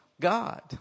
God